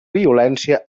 violència